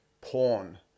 porn